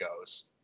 goes